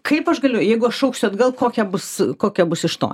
kaip aš galiu jeigu aš šauksiu atgal kokia bus kokia bus iš to